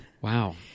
Wow